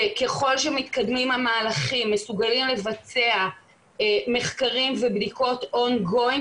וככל שמתקדמים המהלכים מסוגלים לבצע מחקרים ובדיקות מתמשכות אנחנו